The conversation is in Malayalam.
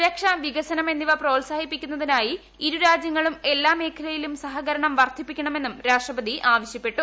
സുരക്ഷ വികസനം എന്നിവ പ്രോത്സാഹിപ്പിക്കുന്നതിനായി ഇരു രാജ്യങ്ങളും എല്ലാ മേഖലകളിലും സഹകരണം വർദ്ധിപ്പിക്കണമെന്നും രാഷ്ട്രപതി ആവശ്യപ്പെട്ടു